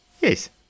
Yes